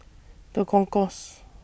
The Concourse